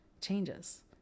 changes